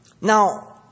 Now